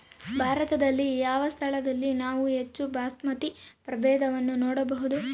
ಭಾರತದಲ್ಲಿ ಯಾವ ಸ್ಥಳದಲ್ಲಿ ನಾವು ಹೆಚ್ಚು ಬಾಸ್ಮತಿ ಪ್ರಭೇದವನ್ನು ನೋಡಬಹುದು?